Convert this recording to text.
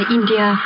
India